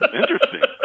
interesting